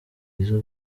izo